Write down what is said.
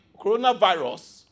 coronavirus